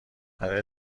برای